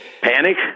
panic